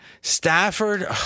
Stafford